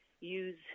use